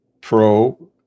pro